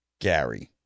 Gary